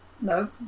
No